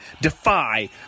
Defy